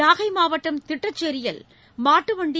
நாகை மாவட்டம் திட்டச்சேரியில் மாட்டு வண்டி